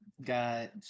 Got